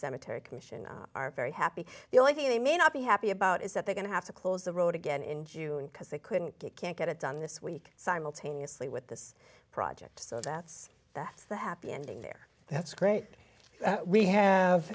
cemetery commission are very happy the only thing they may not be happy about is that they're going to have to close the road again in june because they couldn't get can't get it done this week simultaneously with this project so deaths that the happy ending there that's great we have